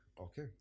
okay